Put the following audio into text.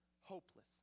hopeless